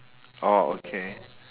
orh okay